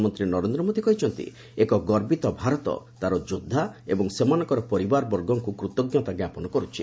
ପ୍ରଧାନମନ୍ତ୍ରୀ ନରେନ୍ଦ୍ର ମୋଦି କହିଛନ୍ତି ଏକ ଗର୍ବିତ ଭାରତ ତା'ର ଯୋଦ୍ଧା ଏବଂ ସେମାନଙ୍କର ପରିବାରବର୍ଗଙ୍କୁ କୃତଜ୍ଞତା ଜ୍ଞାପନ କରୁଛି